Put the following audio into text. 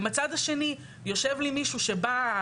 ומהצד השני יושב לי מישהו שבא,